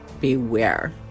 beware